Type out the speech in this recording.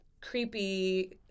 creepy